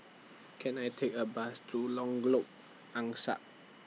Can I Take A Bus to Angsa